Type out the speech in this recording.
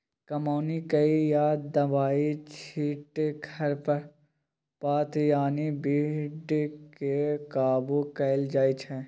कमौनी कए या दबाइ छीट खरपात यानी बीड केँ काबु कएल जाइत छै